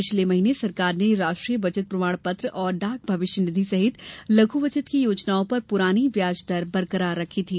पिछले महीने सरकार ने राष्ट्रीय बचत प्रमाणपत्र और डाक भविष्य निधि सहित लघ् बचत की योजनाओं पर पुरानी ब्याज दर बरकरार रखी थी